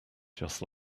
just